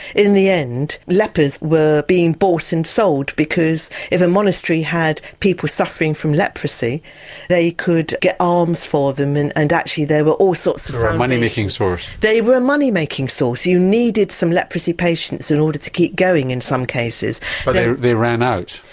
in the end lepers were being bought and sold because if a monastery had people suffering from leprosy they could get alms for them and and actually there were all sorts of. they were a money making source? they were a money making source, you needed some leprosy patients in order to keep going in some cases. but they ran out,